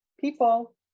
people